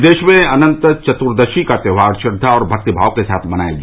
प्रदेश में अनंत चतुर्दशी का त्योहार श्रद्वा और भक्ति भाव के साथ मनाया गया